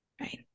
right